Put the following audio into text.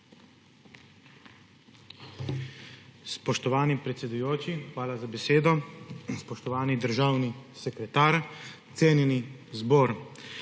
Spoštovani predsedujoči, hvala za besedo. Spoštovani državni sekretar, cenjeni zbor!